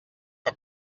que